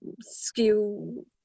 skew